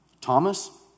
Thomas